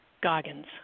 Goggins